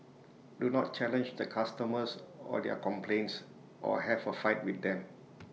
do not challenge the customers or their complaints or have A fight with them